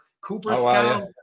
Cooperstown